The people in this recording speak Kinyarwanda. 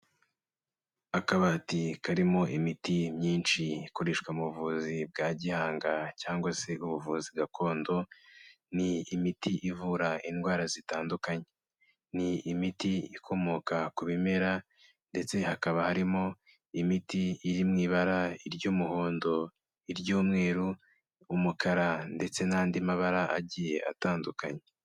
Akabati karimo imiti myinshi ikoreshwa mu buvuzi bwa gihanga cyangwa se ubuvuzi gakondo, ni imiti ivura indwara zitandukanye, ni imiti ikomoka ku bimera ndetse hakaba harimo imiti iri mu ibara ry'umuhondo, iry'umweru, umukara ndetse n'andi mabara agiye atandukanye.